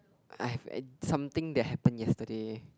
I have uh something that happen yesterday